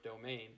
Domain